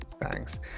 thanks